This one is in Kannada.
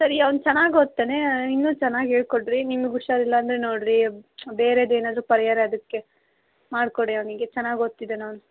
ಸರಿ ಅವನು ಚೆನ್ನಾಗಿ ಓದ್ತಾನೆ ಇನ್ನೂ ಚೆನ್ನಾಗಿ ಹೇಳಿಕೊಡಿರಿ ನಿಮಗೆ ಹುಷಾರಿಲ್ಲ ಅಂದರೆ ನೋಡಿರಿ ಬೇರೆದೇನಾದ್ರು ಪರಿಹಾರ ಅದಕ್ಕೆ ಮಾಡಿಕೊಡಿ ಅವನಿಗೆ ಚೆನ್ನಾಗಿ ಓದ್ತಿದ್ದಾನವನು